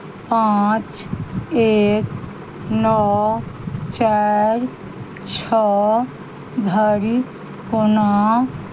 पाँच एक नओ चारि छओ धरि कोना